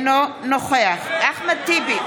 נגד אחמד טיבי,